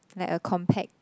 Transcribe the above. like a compact